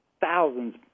thousands